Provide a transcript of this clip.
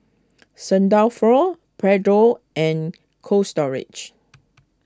Saint Dalfour Pedro and Cold Storage